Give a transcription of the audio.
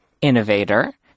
innovator